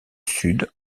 sud